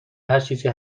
هرچیزی